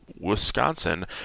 wisconsin